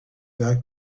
back